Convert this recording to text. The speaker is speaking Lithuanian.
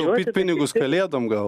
taupyt pinigus kalėdom gal